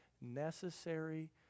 necessary